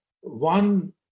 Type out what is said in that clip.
one